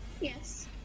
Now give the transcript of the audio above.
yes